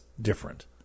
different